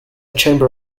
chamber